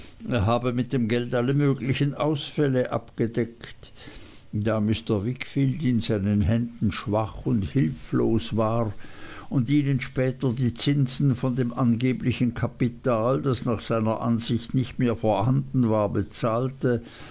er habe mit dem geld alle möglichen ausfälle gedeckt da mr wickfield in seinen händen schwach und hilflos war und ihnen später die zinsen von dem angeblichen kapital das nach seiner ansicht nicht mehr vorhanden war bezahlte